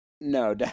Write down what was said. No